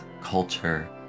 culture